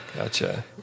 Gotcha